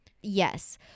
yes